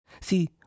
See